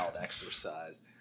exercise